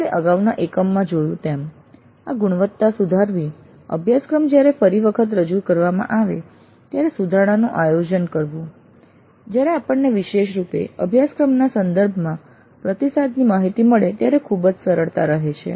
આપણે અગાઉના એકમમાં જોયું તેમ આ ગુણવત્તા સુધારવી અભ્યાસક્રમ જયારે કરી વખત રજૂ કરવામાં આવે ત્યારે સુધારણાનું આયોજન કરવું જ્યારે આપણને વિશેષ રૂપે અભ્યાસક્રમના સંદર્ભમાં પ્રતિસાદની માહિતી મળે ત્યારે ખૂબ જ સરળતા રહે છે